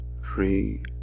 free